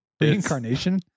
reincarnation